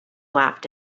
laughed